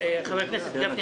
חבר הכנסת גפני,